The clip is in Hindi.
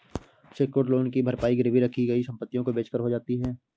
सेक्योर्ड लोन की भरपाई गिरवी रखी गई संपत्ति को बेचकर हो जाती है